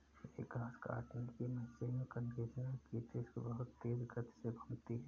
एक घास काटने की मशीन कंडीशनर की डिस्क बहुत तेज गति से घूमती है